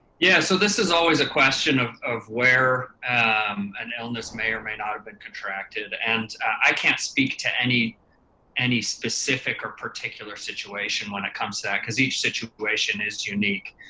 yeah. so this is always a question of of where an illness may or may not have been contracted. and i can't speak to any any specific or particular situation when it comes to that because each situation is unique.